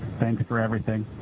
thanks for everything.